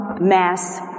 mass